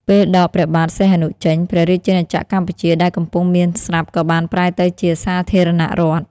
ពេលដកព្រះបាទសីហនុចេញ ព្រះរាជាណាចក្រកម្ពុជាដែលកំពុងមានស្រាប់ក៏បានប្រែទៅជាសាធារណរដ្ឋ។